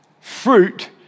fruit